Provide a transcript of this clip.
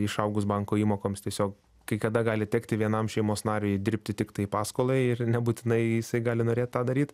išaugus banko įmokoms tiesiog kai kada gali tekti vienam šeimos nariui dirbti tiktai paskolai ir nebūtinai jisai gali norėt tą daryt